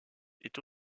est